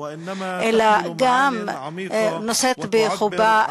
אלא גם נושאת בחובה